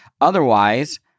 otherwise